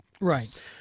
Right